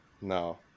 no